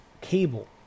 cable